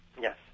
yes